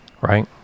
right